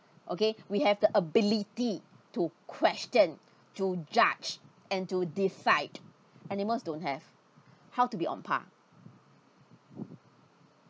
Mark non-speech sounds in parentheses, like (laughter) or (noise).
okay (breath) we have the ability to question to judge and to decide animals don't have (breath) how to be on par